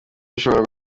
rishobora